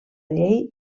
llei